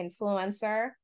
influencer